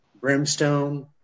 brimstone